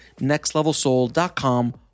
nextlevelsoul.com